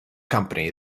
company